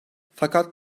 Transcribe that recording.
fakat